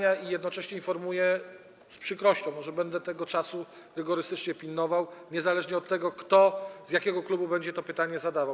I jednocześnie informuję, z przykrością, że będę tego limitu czasu rygorystycznie pilnował niezależnie od tego, kto z jakiego klubu będzie to pytanie zadawał.